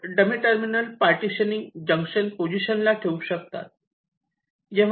तर dummy terminal partitioning junction position ला ठेवू शकता